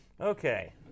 Okay